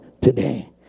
today